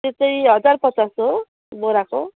त्यो चाहिँ हजार पचास हो बोराको